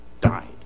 died